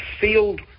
field